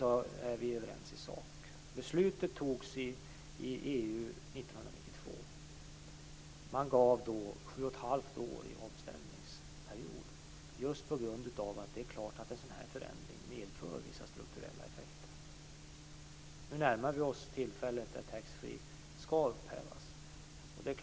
Beslutet fattades inom EU 1992. Man beslutade då om en omställningsperiod på sju och ett halvt år. Det var just på grund av att en sådan förändring medför vissa strukturella effekter. Nu närmar vi oss tillfället då taxfree skall upphävas.